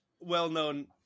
well-known